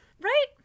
Right